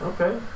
okay